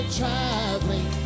traveling